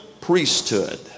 priesthood